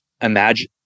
imagine